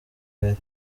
mbere